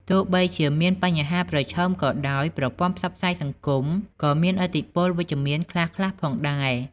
ទោះបីជាមានបញ្ហាប្រឈមក៏ដោយ ប្រព័ន្ធផ្សព្វផ្សាយសង្គមក៏មានឥទ្ធិពលវិជ្ជមានខ្លះៗផងដែរ។